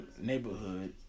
neighborhood